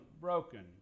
broken